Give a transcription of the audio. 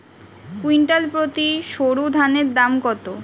Quintal প্রতি সরুধানের দাম কত?